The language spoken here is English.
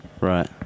Right